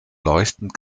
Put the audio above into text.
leuchtend